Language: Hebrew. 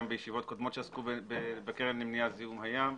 בישיבות קודמות שעסקו בקרן למניעת זיהום הים.